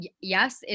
yes